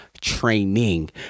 training